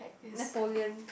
Napoleon